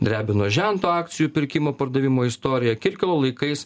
drebino žento akcijų pirkimo pardavimo istorija kirkilo laikais